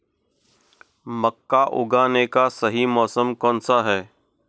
मक्का उगाने का सही मौसम कौनसा है?